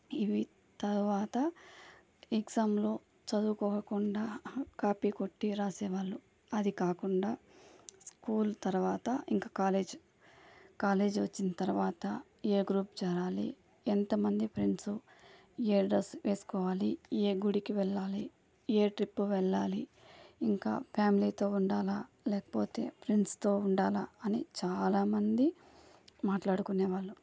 ఇవి తర్వాత ఎగ్జామ్లో చదువుకోకుండా కాపీ కొట్టి రాసే వాళ్ళు అది కాకుండా స్కూల్ తర్వాత ఇంకా కాలేజ్ కాలేజ్ వచ్చిన తర్వాత ఏ గ్రూప్ చేరాలి ఎంతమంది ఫ్రెండ్స్ ఏ డ్రెస్ వేసుకోవాలి ఏ గుడికి వెళ్ళాలి ఏ ట్రిప్ వెళ్ళాలి ఇంకా ఫ్యామిలీతో ఉండాలా లేకపోతే ఫ్రెండ్స్తో ఉండాలా అని చాలామంది మాట్లాడుకునేవాళ్ళు